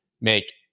make